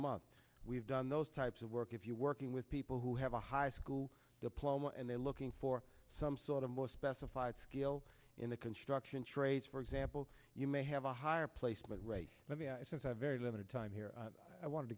month we've done those types of work if you're working with people who have a high school diploma and they're looking for some sort of most specified skill in the construction trades for example you may have a higher placement rate let me since i have very limited time here i want